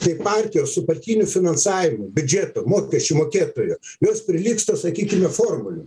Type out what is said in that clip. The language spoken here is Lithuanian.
tai partijos su partiniu finansavimu biudžetu mokesčių mokėtojų jos prilygsta sakykime formulei